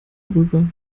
rüber